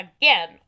again